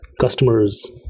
customers